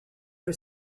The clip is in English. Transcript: for